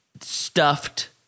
stuffed